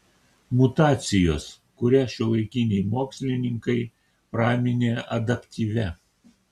mutacijos kurią šiuolaikiniai mokslininkai praminė adaptyvia